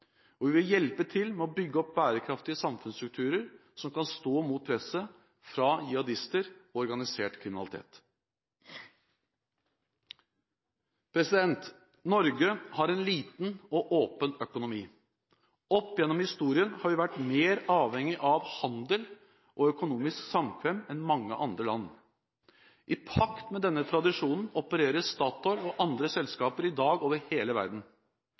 og vi vil hjelpe til med å bygge opp bærekraftige samfunnsstrukturer som kan stå imot presset fra jihadister og organisert kriminalitet. Norge har en liten og åpen økonomi. Opp gjennom historien har vi vært mer avhengig av handel og økonomisk samkvem enn mange andre land. I pakt med denne tradisjonen opererer Statoil og andre norske selskaper i dag over hele verden.